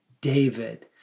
David